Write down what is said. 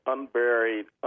Unburied